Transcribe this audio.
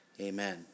Amen